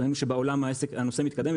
ראינו שבעולם הנושא מתקדם.